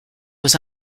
was